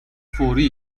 فوری